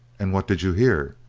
and what did you hear?